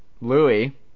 Louis